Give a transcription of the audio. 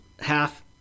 half